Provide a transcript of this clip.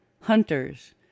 hunters